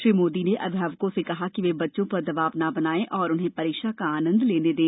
श्री मोदी ने अभिभावकों से कहा कि वे बच्चों पर दबाव न बनाएं और उन्हें परीक्षा का आनन्द लेने दें